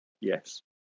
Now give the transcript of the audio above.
Yes